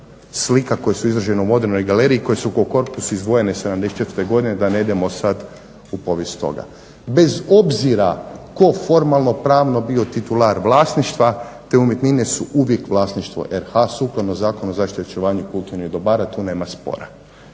slika koje su izložene u Modrenoj galeriji koje su kao korpus izdvojene '74. godine da ne idemo sad u povijest toga. Bez obzira tko formalno-pravno bio titular vlasništva te umjetnine su uvijek vlasništvo RH sukladno zakonu o zaštiti i očuvanju kulturnih dobar. Tu nema spora.